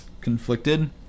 conflicted